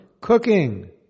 Cooking